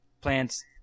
Plants